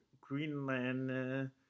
Greenland